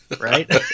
right